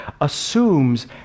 assumes